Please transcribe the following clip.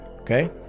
okay